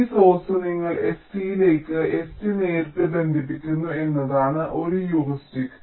ഈ സോഴ്സ് നിങ്ങൾ sc ലേക്ക് sc നേരിട്ട് ബന്ധിപ്പിക്കുന്നു എന്നതാണ് ഒരു ഹ്യൂറിസ്റ്റിക്